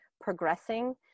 progressing